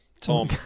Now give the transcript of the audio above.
Tom